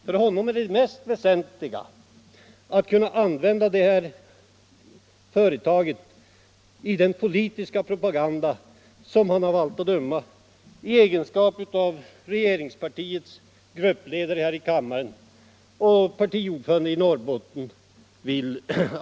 För honom tycks det mest väsentliga vara att kunna använda detta företag i den politiska propaganda som han vill föra i egenskap av regeringspartiets gruppledare här i kammaren och i egenskap av partiordförande i Norrbotten.